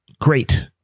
great